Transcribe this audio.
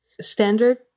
standard